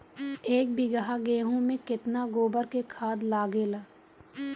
एक बीगहा गेहूं में केतना गोबर के खाद लागेला?